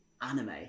anime